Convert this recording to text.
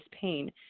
pain